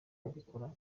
mbikora